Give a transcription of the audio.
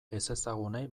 ezezagunei